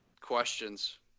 Questions